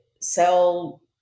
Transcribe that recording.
sell